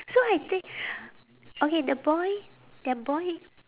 so I think okay the boy that boy